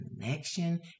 connection